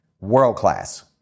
World-class